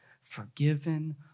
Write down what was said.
forgiven